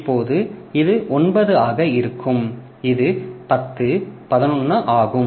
இப்போது இது 9 ஆக இருக்கும் இது 10 11 ஆகும்